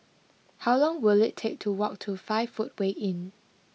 how long will it take to walk to five footway Inn